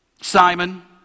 Simon